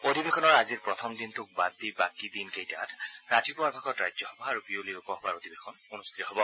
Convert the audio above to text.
অধিৱেশনৰ আজিৰ প্ৰথম দিনটোক বাদ দি বাকী দিন কেইটাত ৰাতিপুৱাৰ ভাগত ৰাজ্যসভা আৰু বিয়লি লোকসভাৰ অধিবেশন অনুষ্ঠিত হ'ব